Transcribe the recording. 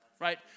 Right